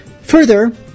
Further